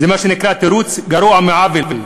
זה מה שנקרא תירוץ גרוע מעוול,